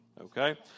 okay